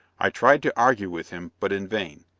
i tried to argue with him, but in vain.